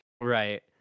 Right